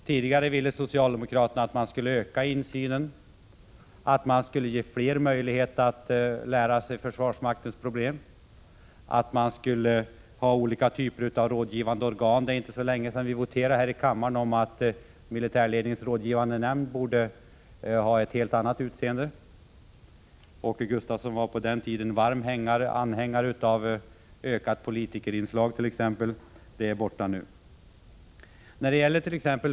Tidigare ville socialdemokraterna att man skulle öka insynen, att man skulle ge fler möjlighet att lära sig försvarsmaktens problem, att man skulle ha olika typer av rådgivande organ. Det är inte så länge sedan vi i kammaren voterade om att militärledningens rådgivande nämnd skulle ha en helt annan sammansättning. Åke Gustavsson var på den tiden en varm anhängare av exempelvis ökat politikerinslag inom försvarsmakten. Det är han inte nu.